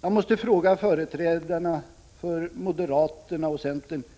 Jag måste fråga företrädarna för moderata samlingspartiet och centerpartiet: